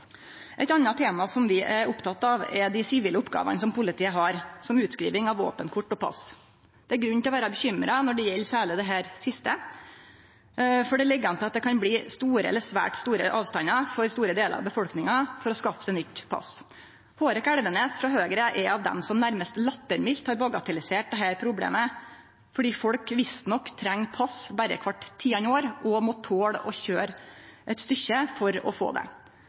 Eit anna tema som vi er opptekne av, er dei sivile oppgåvene som politiet har, som utskriving av våpenkort og pass. Det er grunn til å vere bekymra når det gjeld særleg dette siste, for det ligg an til at det kan bli store eller svært store avstandar for store delar av befolkninga for å skaffe seg nytt pass. Hårek Elvenes frå Høgre er av dei som nærast lattermildt har bagatellisert dette problemet, fordi folk visstnok treng pass berre kvart tiande år og må tole å køyre eit stykke for å få det.